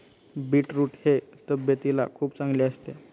beetroot हे तब्येतीला खूप चांगले असते